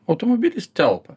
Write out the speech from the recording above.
automobilis telpa